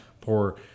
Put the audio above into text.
poor